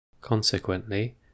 Consequently